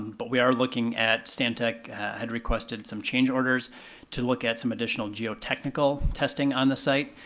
but we are looking at stantec had requested some change orders to look at some additional geotechnical testing on the site.